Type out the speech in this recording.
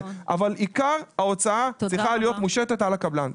עיקר ההוצאה צריכה להיות מושתת על הקבלן.